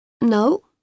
No